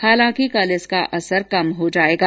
हालांकि कल इसका असर कम हो जायेगा